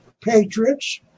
patriots